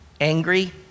angry